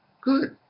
good